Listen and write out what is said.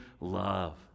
love